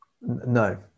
No